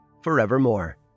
forevermore